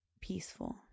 peaceful